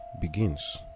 Begins